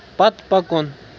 پتہٕ پکُن